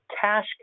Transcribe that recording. cash